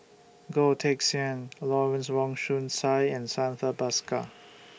Goh Teck Sian Lawrence Wong Shyun Tsai and Santha Bhaskar